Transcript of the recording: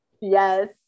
Yes